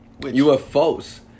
UFOs